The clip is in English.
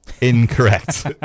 Incorrect